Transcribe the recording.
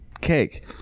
cake